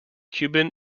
cuban